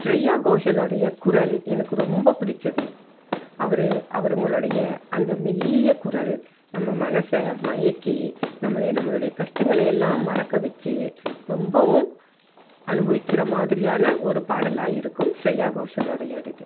ஸ்ரேயா கோஷல் உடைய குரல் எனக்கு ரொம்ப பிடிச்சது அவர் அவருகளுடைய அந்த மெல்லிய குரல் நம்ப மனசை மயக்கி நம்மளை நம்மளுடைய கஷ்டங்களை எல்லாம் மறக்க வச்சு ரொம்பவும் அனுபவிக்கிற மாதிரியான ஒரு பாடலாக இருக்கும் ஸ்ரேயா கோஷலோடையது